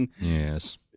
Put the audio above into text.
Yes